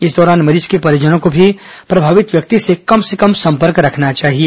इस दौरान मरीज के परिजनों को भी प्रभावित व्यक्ति से कम से कम संपर्क रखना चाहिए